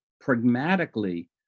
pragmatically